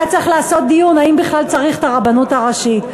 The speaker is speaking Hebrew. צריך לעשות דיון אם בכלל צריך את הרבנות הראשית.